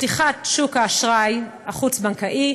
פתיחת שוק האשראי החוץ-בנקאי,